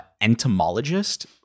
entomologist